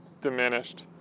diminished